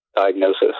diagnosis